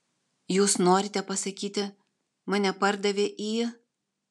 jūs norite pasakyti mane pardavė į